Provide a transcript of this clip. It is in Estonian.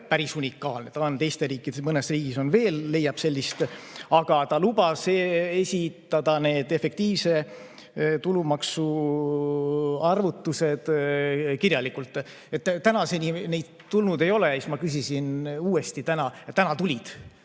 päris unikaalne, ta on teistes riikides ka, mõnes riigis veel leiab sellist. Aga ta lubas esitada need efektiivse tulumaksu arvutused kirjalikult. Tänaseni neid tulnud ei olnud ja siis ma küsisin uuesti täna ja täna tulid.